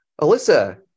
Alyssa